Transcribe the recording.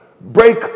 Break